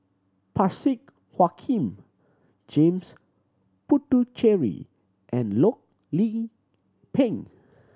Parsick Joaquim James Puthucheary and Loh Lik Peng